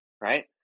right